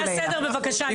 לפי הסדר, בבקשה.